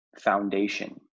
foundation